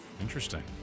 Interesting